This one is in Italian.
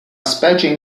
specie